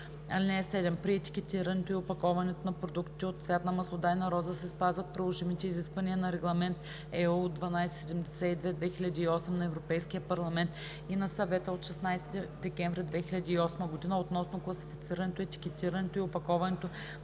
При етикетирането и опаковането на продуктите от цвят на маслодайна роза се спазват приложимите изисквания на Регламент (ЕО) № 1272/2008 на Европейския парламент и на Съвета от 16 декември 2008 г. относно класифицирането, етикетирането и опаковането